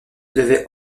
devait